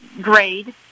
grade